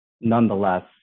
nonetheless